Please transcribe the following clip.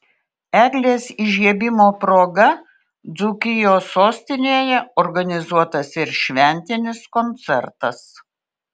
eglės įžiebimo proga dzūkijos sostinėje organizuotas ir šventinis koncertas